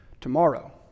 tomorrow